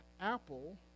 Apple